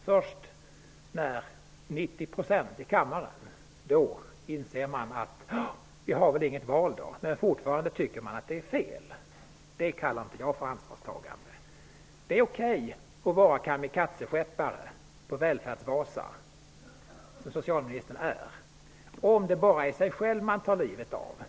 Först när det skulle fattas beslut i kammren insåg man att man inte hade något val, men man tycker fortfarande att det var fel. Det kallar inte jag för ansvarstagande. Det är okej att vara kamikazeskeppare på välfärdsskeppet Vasa, vilket socialministern är, om det bara är sig själv som man tar livet av.